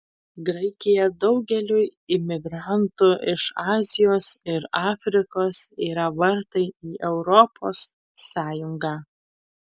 graikija daugeliui imigrantų iš azijos ir afrikos yra vartai į europos sąjungą